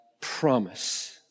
promise